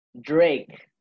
Drake